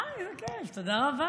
אה, איזה כיף, תודה רבה.